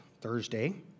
Thursday